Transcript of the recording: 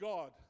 God